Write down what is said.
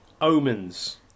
Omens